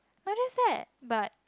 not just that but